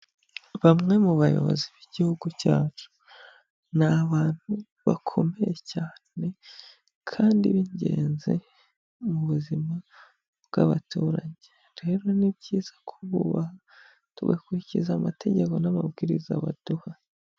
Bamwe mu bayobozi b'igihugu cyacu ni abantu bakomeye cyane kandi b'ingenzi mu buzima bw'abaturage. Rero ni byiza kububaha, tugakurikiza amategeko n'amabwiriza baduha.